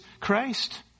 Christ